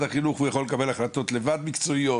החינוך והוא יכול לקבל החלטות לבד מקצועיות,